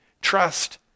trust